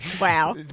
Wow